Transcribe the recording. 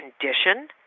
condition